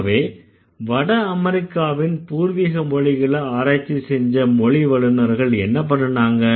ஆகவே வட அமெரிக்காவின் பூர்வீக மொழிகள ஆராய்ச்சி செஞ்ச மொழி வல்லுநர்கள் என்ன பண்ணுனாங்க